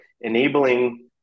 enabling